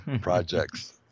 projects